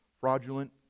fraudulent